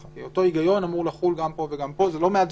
כי אותו היגיון אמור לחול גם פה וגם שם.